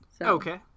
Okay